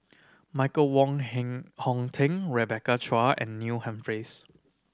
Michael Wong Hong Teng Rebecca Chua and Neil Humphreys